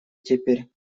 теперь